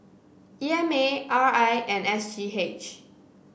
E M A R I and S G H